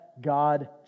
God